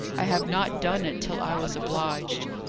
i have not done it, till i was obliged.